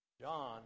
John